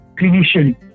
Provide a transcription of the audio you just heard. clinician